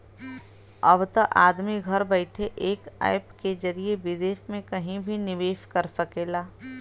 अब त आदमी घर बइठे एक ऐप के जरिए विदेस मे कहिं भी निवेस कर सकेला